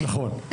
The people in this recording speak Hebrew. נכון.